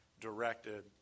directed